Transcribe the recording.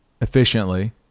efficiently